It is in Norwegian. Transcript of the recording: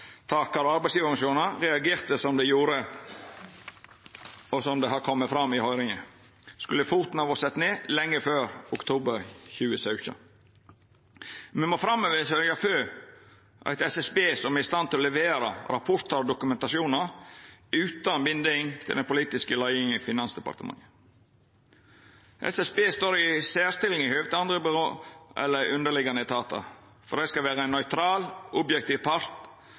og arbeidsgjevarorganisasjonane reagerte som dei gjorde. Som det har kome fram i høyringa, skulle foten ha vore sett ned lenge før oktober 2017. Me må framover sørgja for eit SSB som er i stand til å levera rapportar og dokumentasjon utan binding til den politiske leiinga i Finansdepartementet. SSB står i ei særstilling i høve til andre byrå eller underliggjande etatar, for det skal vera ein nøytral, objektiv part